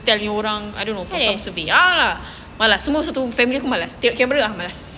Singtel punya orang I don't know pasal survey a'ah lah malas semua satu family aku malas tengok camera ah pun malas